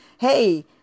Hey